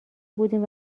بودیم